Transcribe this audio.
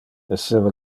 esseva